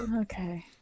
Okay